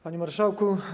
Panie Marszałku!